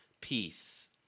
Peace